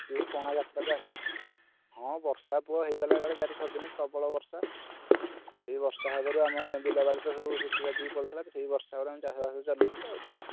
ଏଇ ପଣା ଯାତ୍ରା ପା ହଁ ବର୍ଷା ପୁଅ ହୋଇଗଲା ଗଲା ଚାରି ଛଅ ଦିନ ପ୍ରବଳ ବର୍ଷା ଏଇ ବର୍ଷା ହେବାରୁ ଆମର ବିଲବାଡ଼ି ତ ସବୁ ଶୁଖି ବାଖିକି ପଡ଼ିଥିଲା ସେଇ ବର୍ଷାରୁ ଆମେ ଚାଷବାସ ଚଳେଇଛୁ ଆଉ କ'ଣ